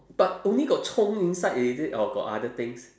but only got 葱 inside is it or got other things